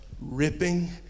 ripping